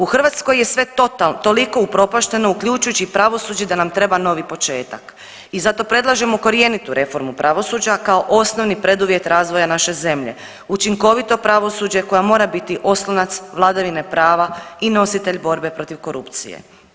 U Hrvatskoj je sve toliko upropašteno uključujući i pravosuđe da nam treba novi početak i zato predlažemo korjenitu reformu pravosuđa kao osnovni preduvjet razvoja naše zemlje, učinkovito pravosuđe koje mora biti oslonac vladavine prava i nositelj borbe protiv korupcije.